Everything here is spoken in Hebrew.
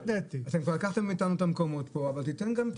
אתם כבר לקחתם מאיתנו את המקומות פה אבל תיתן גם את